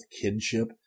kinship